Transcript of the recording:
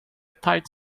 tight